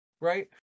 right